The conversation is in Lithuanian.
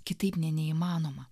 kitaip ne neįmanoma